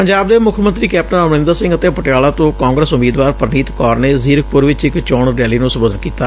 ਪੰਜਾਬ ਦੇ ਮੁੱਖ ਮੰਤਰੀ ਕੈਪਟਨ ਅਮਰਿੰਦਰ ਸਿੰਘ ਅਤੇ ਪਟਿਆਲਾ ਤੋਂ ਕਾਂਗਰਸ ਉਮੀਦਵਾਰ ਪ੍ਰਨੀਤ ਕੌਰ ਨੇ ਜ਼ੀਰਕਪੁਰ ਵਿਚ ਇਕ ਚੋਣ ਰੈਲੀ ਨੂੰ ਸੰਬੋਧਨ ਕੀਤਾ